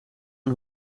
een